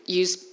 use